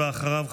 ואחריו,